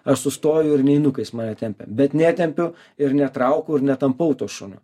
aš sustoju ir neinu kai jis mane tempia bet netempiu ir netraukau ir netampau to šuniu